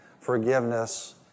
forgiveness